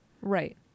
Right